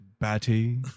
batty